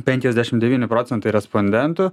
penkiasdešim devyni procentai respondentų